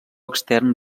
extern